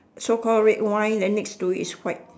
so call red wine then next to it is white